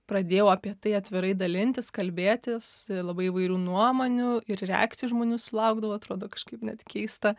pradėjau apie tai atvirai dalintis kalbėtis labai įvairių nuomonių ir reakcijų žmonių sulaukdavau atrodo kažkaip net keista